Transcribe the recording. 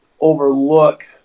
overlook